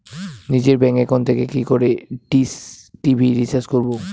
নিজের bank account থেকে কি করে ডিশ টি.ভি রিচার্জ করবো?